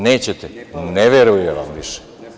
Nećete, ne veruju vam više.